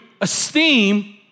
esteem